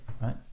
right